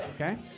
Okay